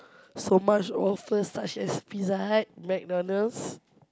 so much offer such as Pizza-Hut McDonald's